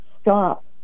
stop